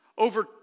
Over